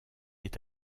est